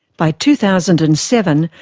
by two thousand and seven,